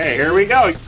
here we go.